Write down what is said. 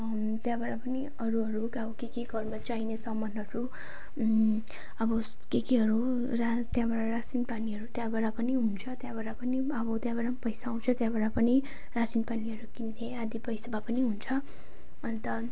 त्यहाँबाट पनि अरू अरू गाउँ के के घरमा चाहिने सामानहरू अब उयो के केहरू र त्यहाँबाट रासिन पानीहरू त्यहाँबाट पनि हुन्छ त्यहाँबाट पनि अब त्यहाँबाट पैसा आउँछ त्यहाँबाट पनि रासिन पानीहरू किन्ने आधी पैसा भए पनि हुन्छ अन्त